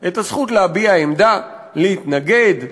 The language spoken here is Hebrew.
את הזכות להביע עמדה, להתנגד,